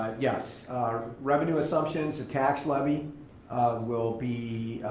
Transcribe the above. ah yes. our revenue assumptions. the tax levy will be,